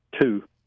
Two